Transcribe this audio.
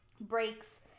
breaks